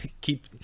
keep